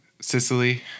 Sicily